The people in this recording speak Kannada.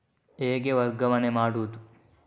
ಹೇಗೆ ವರ್ಗಾವಣೆ ಮಾಡುದು?